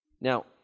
Now